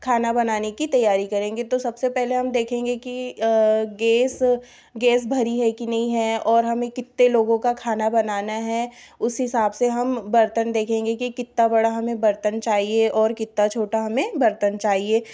खाना बनाने की तैयारी करेंगे तो सबसे पहले हम देखेंगे कि गेस गैस भरी है कि नई है और हमें कितने लोगों का खाना बनाना है उस हिसाब से हम बर्तन देखेंगे कि कितना बड़ा हमें बर्तन चाहिए और कितना छोटा हमें बर्तन चाहिए